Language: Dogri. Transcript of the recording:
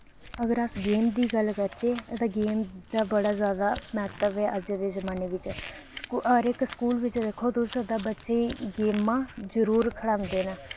अगर अस गेम दी गल्ल करचै ते गेम दा बड़ा ज्यादा म्हत्त्व अज्जै दे जमाने बिच हर इक स्कूल बिच दिक्खो तुस तां बच्चेंई गेमां जरूर खढांदे न